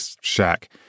Shack